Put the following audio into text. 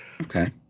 Okay